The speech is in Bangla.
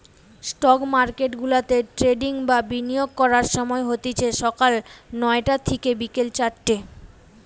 স্টক মার্কেটগুলাতে ট্রেডিং বা বিনিয়োগ করার সময় হতিছে সকাল নয়টা থিকে বিকেল চারটে